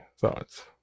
thoughts